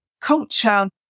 culture